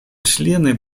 члены